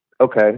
okay